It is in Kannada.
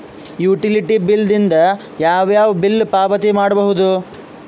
ಯುಟಿಲಿಟಿ ಬಿಲ್ ದಿಂದ ಯಾವ ಯಾವ ಬಿಲ್ ಪಾವತಿ ಮಾಡಬಹುದು?